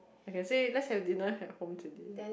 I can say let's have dinner at home today